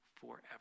forever